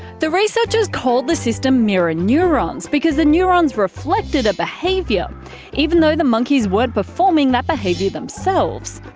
the researchers called the system mirror neurons because the neurons reflected a behaviour even though the monkeys weren't performing that behaviour themselves.